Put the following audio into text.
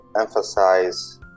emphasize